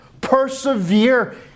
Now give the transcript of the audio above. Persevere